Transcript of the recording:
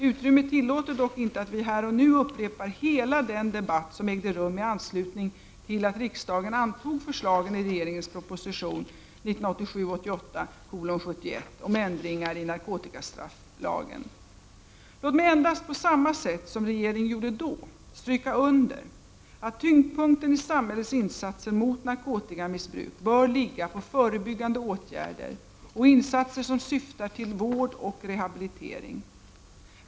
Utrymmet tillåter dock inte att vi här och nu upprepar hela den debatt som ägde rum i anslutning till att riksdagen antog förslagen i regeringens proposition 1987/88:71 om ändringar i narkotikastrafflagen. Låt mig endast, på samma sätt som regeringen gjorde då, stryka under att tyngdpunkten i samhällets insatser mot narkotikamissbruk bör ligga på förebyggande åtgärder och insatser som syftar till vård och rehabilitering.